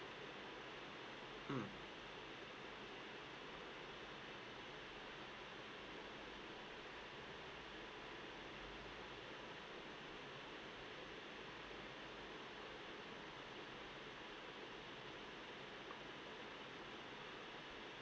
mm